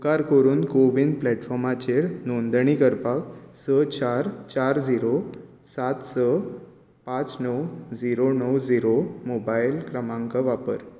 उपकार करून कोविन प्लैट्फॉर्माचेर नोंदणी करपाक स चार चार जिरो सात स पांच णव जिरो णव जिरो मोबायल क्रमांक वापर